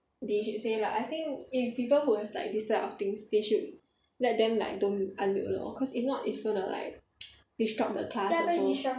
they should say lah I think if people who have like this type of things they should let them like don't unmute lor cause if not it's gonna like disrupt the class lor